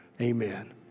Amen